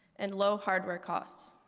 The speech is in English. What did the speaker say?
and low hardware costs.